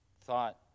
thought